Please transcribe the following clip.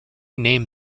name